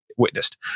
witnessed